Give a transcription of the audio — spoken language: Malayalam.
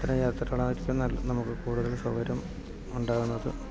അത്തരം യാത്രകളായിരിക്കും നമുക്ക് കൂടുതൽ സൗകര്യം ഉണ്ടാകുന്നത്